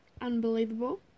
Unbelievable